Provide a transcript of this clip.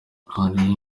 hari